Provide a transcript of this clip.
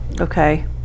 Okay